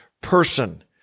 person